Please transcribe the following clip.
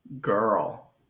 Girl